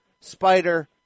spider